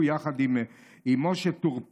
הוא, יחד עם משה טור פז,